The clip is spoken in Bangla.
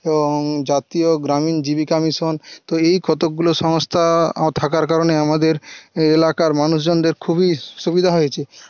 এবং জাতীয় গ্রামীণ জীবিকা মিশন তো এই কতোকগুলো সংস্থা থাকার কারণে আমাদের এলাকার মানুষজনদের খুবই সুবিধা হয়েছে